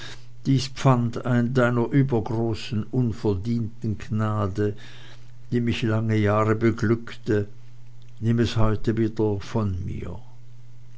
dies pfand deiner übergroßen unverdienten gnade die mich lange jahre beglückte nimm es heute wieder von mir